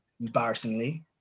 embarrassingly